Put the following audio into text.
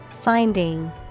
Finding